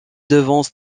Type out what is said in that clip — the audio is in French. devance